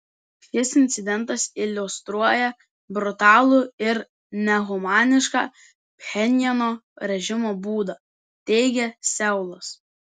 šis incidentas iliustruoja brutalų ir nehumanišką pchenjano režimo būdą teigia seulas